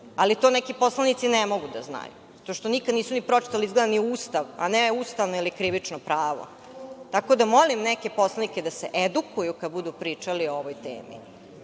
ali to neki poslanici ne mogu da znaju zato što nikada nisu ni pročitali izgleda ni Ustav, a ne ustavno ili krivično pravo. Tako da, molim neke poslanike da se edukuju kada budu pričali o ovoj temi.